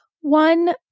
one